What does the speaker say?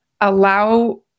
allow